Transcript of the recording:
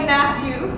Matthew